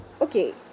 okay